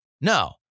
No